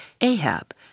Ahab